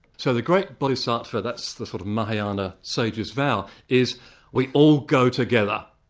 so the great bodhisattva, that's the sort of mahayana saviour's vow, is we all go together.